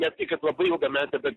ne tai kad labai ilgametę bet